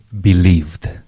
believed